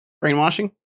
Brainwashing